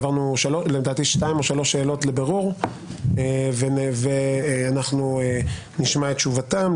העברנו לדעתי שתיים או שלוש שאלות לבירור ואנחנו נשמע את תשובתם.